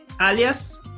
alias